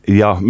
ja